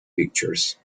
pictures